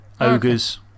ogres